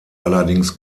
allerdings